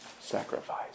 sacrifice